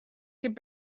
could